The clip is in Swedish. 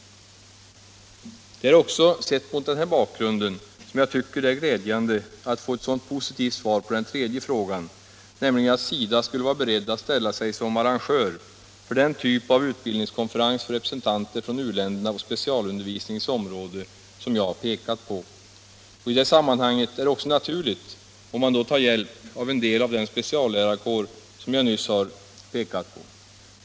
Det är också mot den här bakgrunden som jag tycker det är glädjande att få ett sådant positivt svar på den tredje frågan, nämligen att SIDA skulle vara beredd att ställa sig som arrangör för den typ av utbildningskonferens för representanter från u-länderna på specialundervisningens område som jag har pekat på. I det sammanhanget är det också naturligt om man tar hjälp av en del av den speciallärarkår som jag nyss har pekat på.